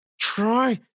Try